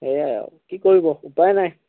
সেয়াই আও কি কৰিব উপায় নাই